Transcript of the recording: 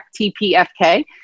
TPFK